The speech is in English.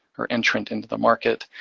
or entrant into the market.